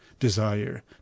desire